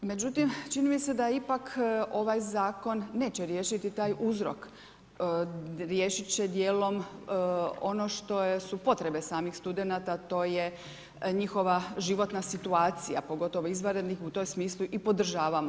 Međutim čini mi se da ipak ovaj zakon neće riješiti taj uzrok, riješit će djelom ono što su potrebe samih studenata, to je njihova životna situacija, pogotovo izvanrednih u tom smislu i podržavamo.